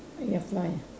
ya fly ah